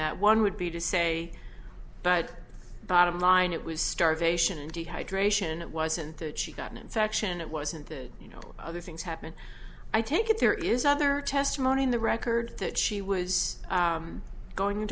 that one would be to say but bottom line it was starvation and dehydration it wasn't that she got an infection it wasn't that you know other things happen i take it there is other testimony in the record that she was going